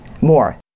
more